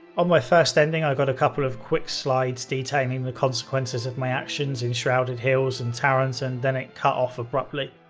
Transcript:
on my first ending, i got a couple of quick slides detailing the consequences of my actions in shrouded hills and tarant, and then it cut off abruptly.